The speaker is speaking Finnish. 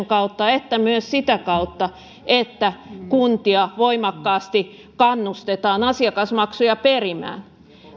kautta että myös sitä kautta että kuntia voimakkaasti kannustetaan asiakasmaksuja perimään